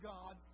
God